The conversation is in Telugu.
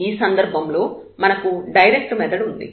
ఈ సందర్భంలో మనకు డైరెక్ట్ మెథడ్ ఉంది